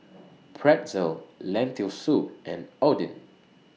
Pretzel Lentil Soup and Oden